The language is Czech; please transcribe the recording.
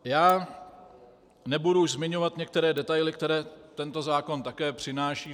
Já nebudu už zmiňovat některé detaily, které tento zákon také přináší.